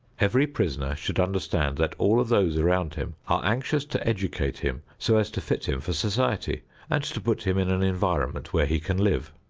every prisoner should understand that all of those around him are anxious to educate him so as to fit him for society and to put him in an environment where he can live.